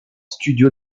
studios